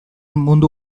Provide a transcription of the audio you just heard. mundu